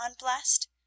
unblessed